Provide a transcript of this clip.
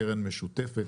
קרן משותפת.